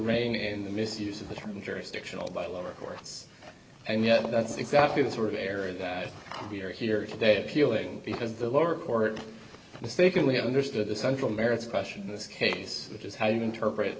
rein in the misuse of the term jurisdictional by lower courts and yet that's exactly the sort of area that we're here today appealing because the lower court mistakenly understood the central merits question in this case which is how you interpret